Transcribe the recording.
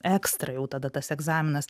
ekstra jau tada tas egzaminas